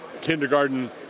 kindergarten